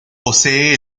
posee